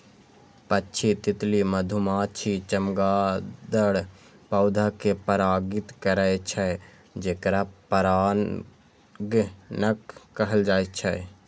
पक्षी, तितली, मधुमाछी, चमगादड़ पौधा कें परागित करै छै, जेकरा परागणक कहल जाइ छै